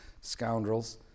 scoundrels